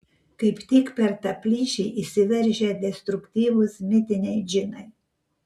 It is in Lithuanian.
kaip tik per tą plyšį įsiveržia destruktyvūs mitiniai džinai